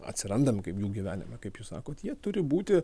atsirandam kaip jų gyvenimą kaip jūs sakot jie turi būti